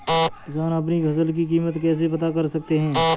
किसान अपनी फसल की कीमत कैसे पता कर सकते हैं?